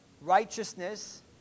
Righteousness